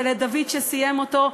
ולדוד שסיים אותו,